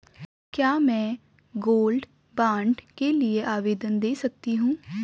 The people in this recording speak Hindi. क्या मैं गोल्ड बॉन्ड के लिए आवेदन दे सकती हूँ?